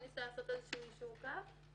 ניסו לעשות איזה יישור קו.